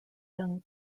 young